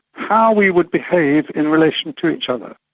how we would behave in relation to each other.